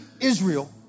Israel